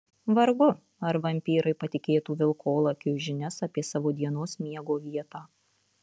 vargu ar vampyrai patikėtų vilkolakiui žinias apie savo dienos miego vietą